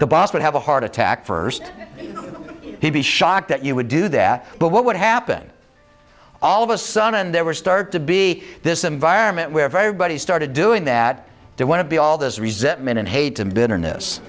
boss would have a heart attack first he'd be shocked that you would do that but what would happen all of a sudden there were start to be this environment where very body started doing that don't want to be all this resentment and hate and bitterness